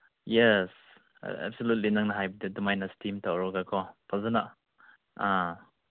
yes absolutely ꯅꯪꯅ ꯍꯥꯏꯕꯗ ꯑꯗꯨꯃꯥꯏꯅ ꯏꯁꯇꯤꯝ ꯇꯧꯔꯒ ꯐꯖꯅ ꯑꯥ